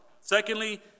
Secondly